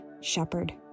shepherd